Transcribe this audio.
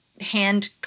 hand